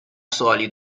سوالی